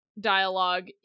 dialogue